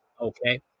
okay